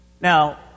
Now